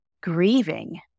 grieving